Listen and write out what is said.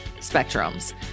spectrums